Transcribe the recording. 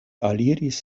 aliris